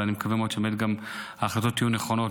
אבל אני מקווה מאוד שבאמת גם ההחלטות יהיו נכונות.